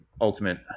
ultimate